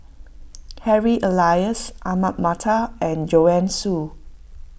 Harry Elias Ahmad Mattar and Joanne Soo